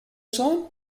sign